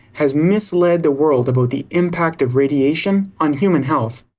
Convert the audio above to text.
has mislead the world about the impact of radiation on human health.